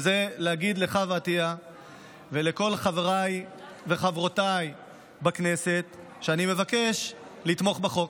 וזה להגיד לחוה עטייה ולכל חבריי וחברותיי בכנסת שאני מבקש לתמוך בחוק.